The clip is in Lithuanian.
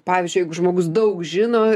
pavyzdžiui jeigu žmogus daug žino